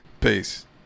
peace